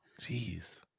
Jeez